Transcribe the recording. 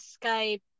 Skype